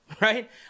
right